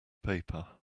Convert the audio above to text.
paper